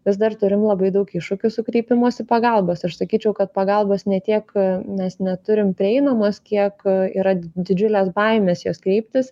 vis dar turim labai daug iššūkių su kreipimosi pagalbos aš sakyčiau kad pagalbos ne tiek mes neturim prieinamos kiek yra didžiulės baimės jos kreiptis